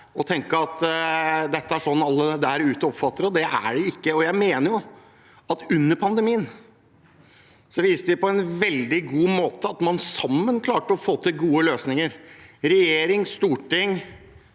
og tenke at dette er sånn alle der ute oppfatter det, men det er det ikke. Jeg mener at vi under pandemien viste på en veldig god måte at man sammen klarer å få til gode løsninger. Regjering, storting,